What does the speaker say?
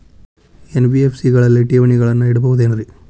NBFC ಗಳಲ್ಲಿ ಠೇವಣಿಗಳನ್ನು ಇಡಬಹುದೇನ್ರಿ?